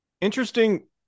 interesting